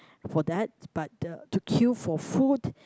for that but uh to queue for food